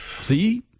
See